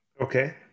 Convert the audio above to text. Okay